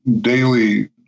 daily